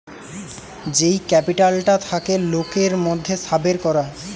যেই ক্যাপিটালটা থাকে লোকের মধ্যে সাবের করা